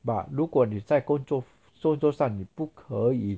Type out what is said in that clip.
but 如果你在工作工作上你不可以